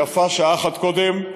ויפה שעה אחת קודם,